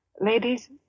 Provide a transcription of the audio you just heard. Ladies